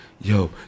yo